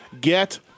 Get